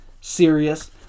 serious